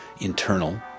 internal